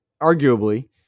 arguably